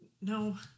no